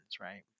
right